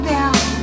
down